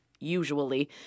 usually